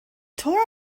tore